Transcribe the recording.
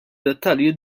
dettalji